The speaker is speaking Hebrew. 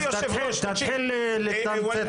אז תתחיל לתמצת.